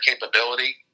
capability